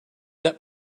that